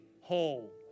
whole